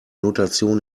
notation